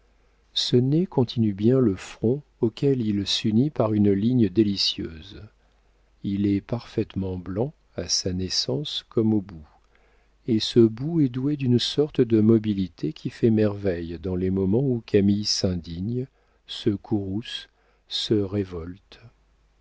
ce nez continue bien le front auquel il s'unit par une ligne délicieuse il est parfaitement blanc à sa naissance comme au bout et ce bout est doué d'une sorte de mobilité qui fait merveille dans les moments où camille s'indigne se courrouce se révolte